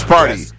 Party